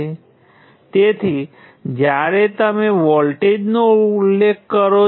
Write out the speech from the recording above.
મેં તે જ સંદર્ભ નોડ પસંદ કર્યો છે જે અગાઉ કરવામાં આવ્યો હતો